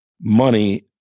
money